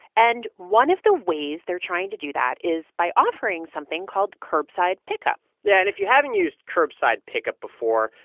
and one of the ways they're trying to do that is by offering something called curbside pickup yeah, and if you haven't used curbside pickup before,